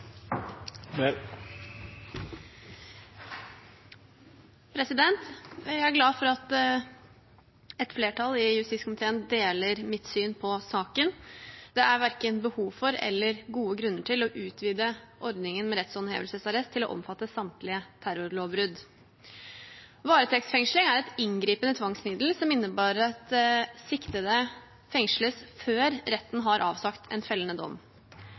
Jeg er glad for at et flertall i justiskomiteen deler mitt syn på saken. Det er verken behov for eller gode grunner til å utvide ordningen med rettshåndhevelsesarrest til å omfatte samtlige terrorlovbrudd. Varetektsfengsling er et inngripende tvangsmiddel som innebærer at siktede fengsles før retten har avsagt en fellende dom.